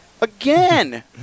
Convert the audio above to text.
again